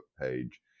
page